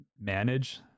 manage